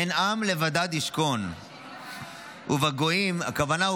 "הן עם לבדד ישכון ובגויִם" הכוונה,